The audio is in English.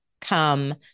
Come